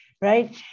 right